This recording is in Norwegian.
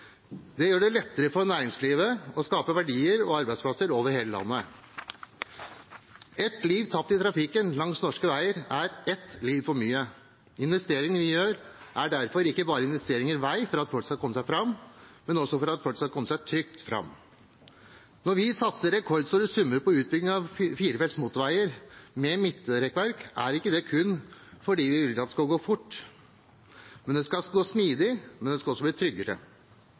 Det gjør det lettere for næringslivet å skape verdier og arbeidsplasser over hele landet. Et liv tapt i trafikken langs norske veier er ett liv for mye. Investeringene vi gjør, er derfor ikke bare investeringer i vei for at folk skal komme seg fram, men også for at folk skal komme seg trygt fram. Når vi satser rekordstore summer på utbygging av firefelts motorveier med midtrekkverk, er ikke det kun fordi vi vil at det skal gå fort og smidig, men også for at det skal bli tryggere.